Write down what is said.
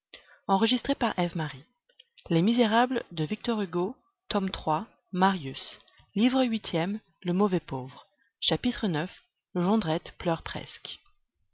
le bouge chapitre ix jondrette pleure presque